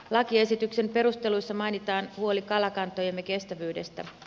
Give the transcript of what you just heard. lakiesityksen perusteluissa mainitaan huoli kalakantojemme kestävyydestä